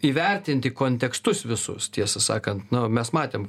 įvertinti kontekstus visus tiesą sakant na mes matėm